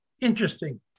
interesting